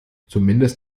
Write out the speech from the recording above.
zumindest